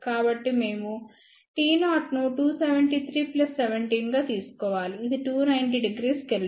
కాబట్టి మేము T0 ను 273 ప్లస్ 17 గా తీసుకోవాలిఇది 290° కెల్విన్